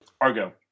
Argo